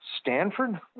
Stanford